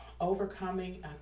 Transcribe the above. overcoming